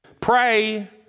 pray